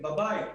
טעינה בבית.